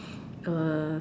err